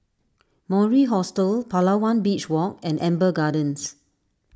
Mori Hostel Palawan Beach Walk and Amber Gardens